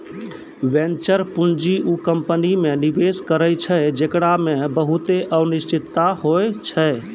venture पूंजी उ company मे निवेश करै छै जेकरा मे बहुते अनिश्चिता होय छै